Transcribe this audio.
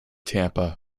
tampa